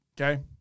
okay